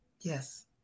Yes